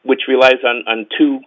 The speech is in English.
which relies on to